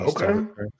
okay